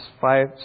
five